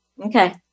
Okay